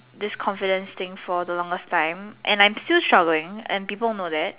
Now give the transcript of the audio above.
this confidence thing for the longest time and I'm still struggling and people know that